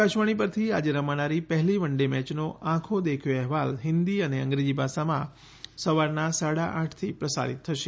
આકાશવાણી પરથી આજે રમાનારી પહેલી વન ડે મેચનો આંખો દેખ્યો અહેવાલ હિંદી અને અંગ્રેજી ભાષામાં સવારના સાડા આઠથી પ્રસારીત થશે